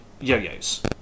Yo-Yos